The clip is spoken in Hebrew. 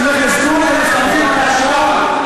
שילך לזנות, לסמים ולאלכוהול?